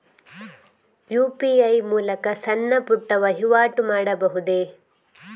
UPI ಮೂಲಕ ಸಣ್ಣ ಪುಟ್ಟ ವಹಿವಾಟು ಮಾಡಬಹುದೇ?